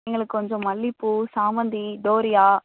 எங்களுக்கு கொஞ்சம் மல்லிகைப்பூ சாமந்தி டோரியா